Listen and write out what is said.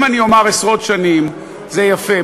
אם אני אומר עשרות שנים, זה יפה.